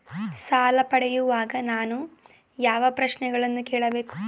ಸಾಲ ಪಡೆಯುವಾಗ ನಾನು ಯಾವ ಪ್ರಶ್ನೆಗಳನ್ನು ಕೇಳಬೇಕು?